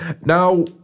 Now